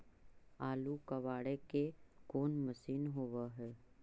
आलू कबाड़े के कोन मशिन होब है?